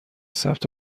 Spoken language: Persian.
ثبت